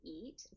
eat